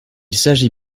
s’agit